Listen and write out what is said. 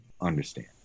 Understand